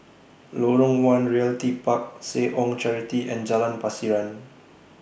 Lorong one Realty Park Seh Ong Charity and Jalan Pasiran